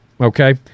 okay